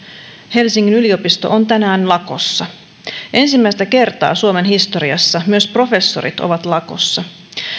helsingin yliopisto on tänään lakossa ensimmäistä kertaa suomen historiassa myös professorit ovat lakossa